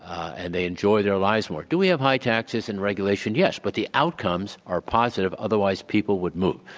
and they enjoy their lives more. do we have high taxes and regulation? yes, but the outcomes are positive otherwise people would move